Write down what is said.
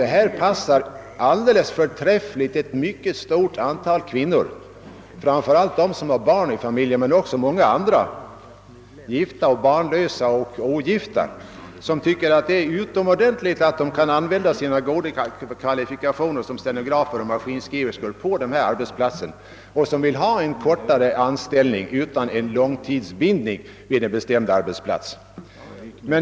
Detta system passar alldeles förträffligt för ett mycket stort antal kvinnor — framför allt sådana som har barn men också många andra, gifta och barnlösa eller ogifta — som tycker att det är utomordentligt att de kan utnyttja sina goda kvalifikationer som stenografer och maskinskriverskor och som vill ha en kortare anställning utan långtidsbindning vid en bestämd arbetsplats.